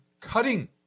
cutting